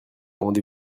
rendez